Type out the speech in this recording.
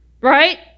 Right